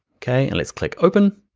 okay? and let's click open.